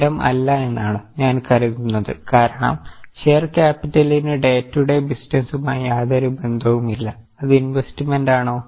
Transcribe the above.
ഉത്തരം അല്ല എന്നാണ് ഞാൻ കരുതുന്നത് കാരണം ഷെയർ കാപ്പിറ്റലിന് ഡേ റ്റു ഡേ ബിസിനസുമായി യാതൊരു ബന്ധവുമില്ല അത് ഇൻവെസ്റ്റ്മെന്റ് ആണോ